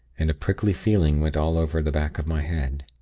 and a prickly feeling went all over the back of my head.